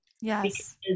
Yes